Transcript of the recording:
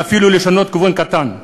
ואפילו לעשות שינוי כיוון קטן,